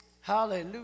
Hallelujah